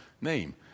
name